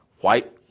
white